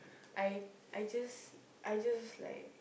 I I just I just like